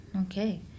okay